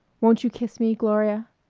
won't you kiss me, gloria?